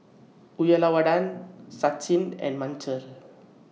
Uyyalawada Sachin and Manohar